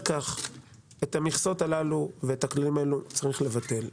את המכסות הללו ואת הכללים האלה צריך לבטל.